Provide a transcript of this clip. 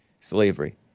Slavery